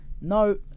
No